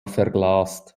verglast